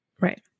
right